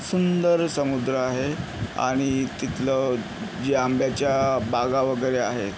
सुंदर समुद्र आहे आणि तिथलं जे आंब्याच्या बागा वगैरे आहेत